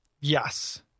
yes